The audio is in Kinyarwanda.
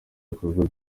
ibikorwa